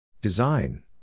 Design